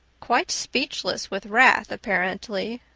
quite speechless with wrath apparently,